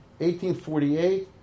1848